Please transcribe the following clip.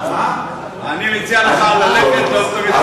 אני מציע לך ללכת לאופטומטריסט.